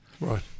Right